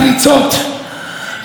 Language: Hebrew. עדיין לא מאוחר, תאמינו לי.